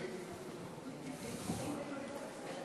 בבקשה.